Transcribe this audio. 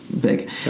Big